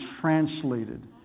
translated